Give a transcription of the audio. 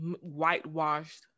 whitewashed